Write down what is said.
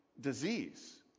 disease